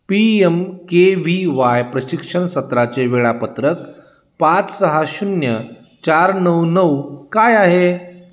P M K V Y प्रशिक्षण सत्राचे वेळापत्रक पाच सहा शून्य चार नऊ नऊ काय आहे